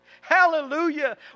Hallelujah